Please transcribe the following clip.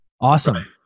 Awesome